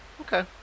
Okay